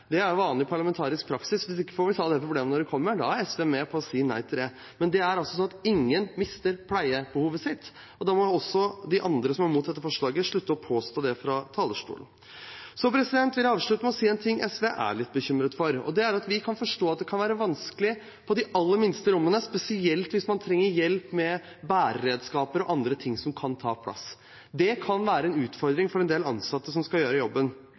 Det er vanlig parlamentarisk praksis. Hvis ikke får vi ta det problemet når det kommer. Da er SV med på å si nei til det. Men det er altså sånn at ingen mister pleiebehovet sitt, og da må også de andre, som er mot dette forslaget, slutte å påstå det fra talerstolen. Jeg vil avslutte med å si at det er en ting SV er litt bekymret for, og det er at vi kan forstå at det kan være vanskelig på de aller minste rommene, spesielt hvis man trenger hjelp med bæreredskaper og andre ting som kan ta plass. Det kan være en utfordring for en del ansatte som skal gjøre jobben.